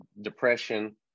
depression